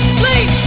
sleep